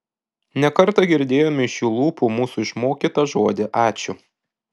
ne kartą girdėjome iš jų lūpų mūsų išmokytą žodį ačiū